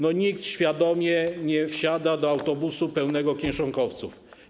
Nikt świadomie nie wsiada do autobusu pełnego kieszonkowców.